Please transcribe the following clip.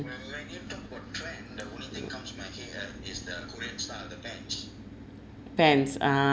pants ah